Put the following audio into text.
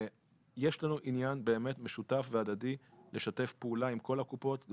יש לנו עניין משותף והדדי לשתף פעולה עם כל הקופות.